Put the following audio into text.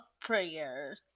prayer